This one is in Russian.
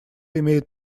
имеет